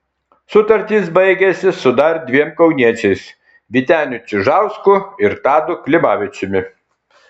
sutartys baigiasi su dar dviem kauniečiais vyteniu čižausku ir tadu klimavičiumi